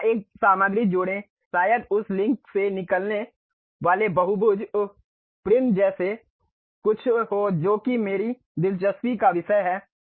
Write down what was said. यहां एक सामग्री जोड़ें शायद उस लिंक से निकलने वाले बहुभुज उह प्रिज्म जैसा कुछ हो जो कि मेरी दिलचस्पी का विषय है